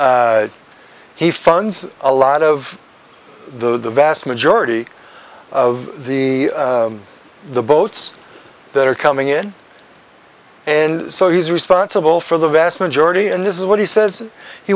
he funds a lot of the vast majority of the the boats that are coming in and so he's responsible for the vast majority and this is what he says he